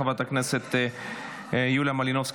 חברת הכנסת יוליה מלינובסקי,